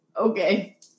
Okay